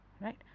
Right